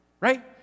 right